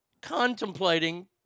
contemplating